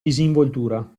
disinvoltura